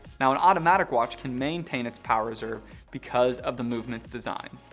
now an automatic watch can maintain its power reserve because of the movement's design.